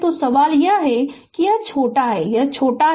तो सवाल यह है कि यह छोटा है यह छोटा है